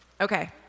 Okay